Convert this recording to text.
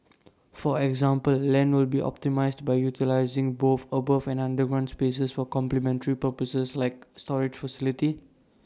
for example land will be optimised by utilising both above and underground spaces for complementary purposes like storage facilities